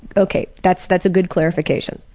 ok, that's that's a good clarification.